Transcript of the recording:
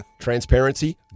Transparency